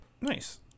Nice